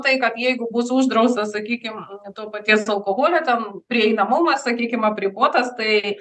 tai kad jeigu bus uždrausta sakykim to paties alkoholio ten prieinamumas sakykim apribotas tai